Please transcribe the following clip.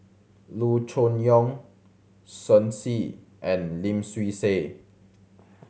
Loo Choon Yong Shen Xi and Lim Swee Say